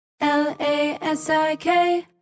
L-A-S-I-K